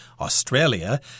Australia